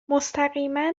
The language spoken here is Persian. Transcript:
مستقیما